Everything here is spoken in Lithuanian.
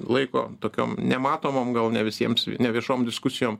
laiko tokiom nematomom gal ne visiems ne viešom diskusijom